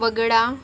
वगळा